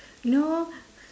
no